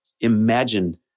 imagine